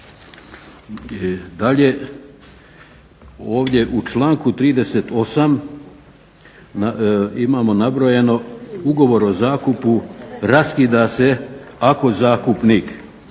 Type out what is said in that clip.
Da li je ovdje u članku 38. imamo nabrojano ugovor o zakupu raskida se ako zakupnik